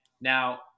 Now